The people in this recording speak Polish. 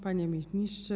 Panie Ministrze!